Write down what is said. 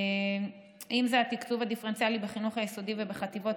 אם זה התקצוב הדיפרנציאלי בחינוך היסודי ובחטיבות